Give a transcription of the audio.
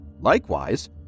Likewise